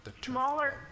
smaller